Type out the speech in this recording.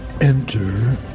Enter